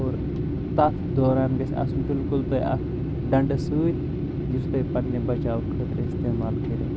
اور تتھ دوران گژھِ آسُن بِلکُل تۄہہِ اکھ ڈنٛڈٕ سۭتۍ یُس تۄہہِ پننہِ بچاو خٲطرٕ استعمال کٔرو